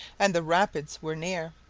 and the rapids were near.